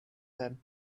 son